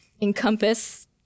encompass